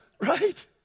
right